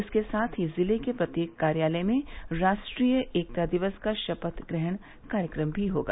इसके साथ ही जिले के प्रत्येक कार्यालय में राष्टीय एकता दिवस का शपथ ग्रहण कार्यक्रम भी होगा